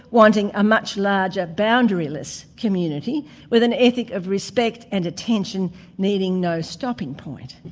wanting a much larger boundaryless community with an ethic of respect and attention needing no stopping point.